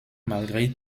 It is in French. malgré